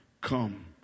come